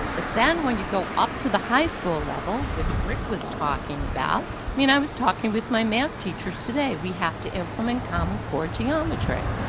but then when you go up to the high school level, which rick was talking about i mean, i was talking with my math teachers today. we have to implement common core geometry.